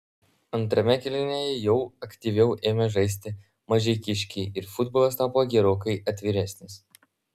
antrame kėlinyje jau aktyviau ėmė žaisti mažeikiškiai ir futbolas tapo gerokai atviresnis